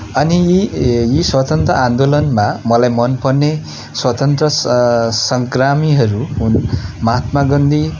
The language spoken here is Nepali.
अनि यी स्वतन्त्र आन्दोलनमा मलाई मन पर्ने स्वतन्त्र सङ्ग्रामीहरू हुन् महात्मा गान्धी